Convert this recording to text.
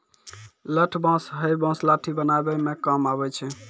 लठ बांस हैय बांस लाठी बनावै म काम आबै छै